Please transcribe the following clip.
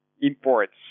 imports